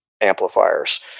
amplifiers